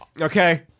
Okay